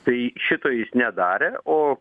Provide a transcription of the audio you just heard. tai šito jis nedarė o